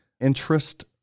interest